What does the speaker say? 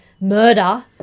murder